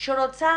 שרוצה